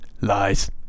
lies